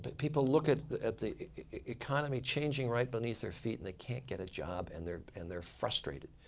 but people look at the at the economy changing right beneath their feet. and they can't get a job and they're and they're frustrated.